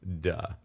duh